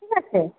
ঠিক আছে